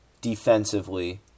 defensively